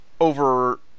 over